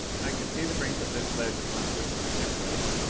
i could see the brink of this ledge upon which the ship lay,